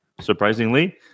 surprisingly